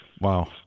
Wow